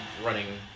running